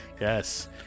Yes